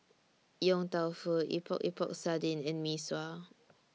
Yong Tau Foo Epok Epok Sardin and Mee Sua